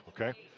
okay